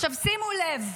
עכשיו, שימו לב,